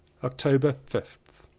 october fifth.